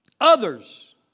Others